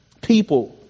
people